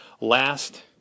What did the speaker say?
Last